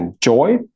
joy